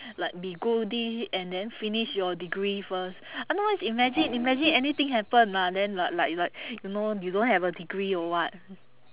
like be goody and then finish your degree first otherwise imagine imagine anything happen ah then l~ like like you know you don't have a degree or what